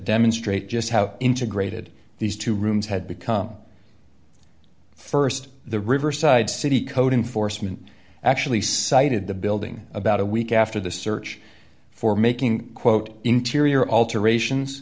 demonstrate just how integrated these two rooms had become st the riverside city code enforcement actually cited the building about a week after the search for making quote interior alterations